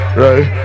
right